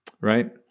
Right